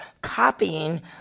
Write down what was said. copying